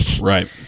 right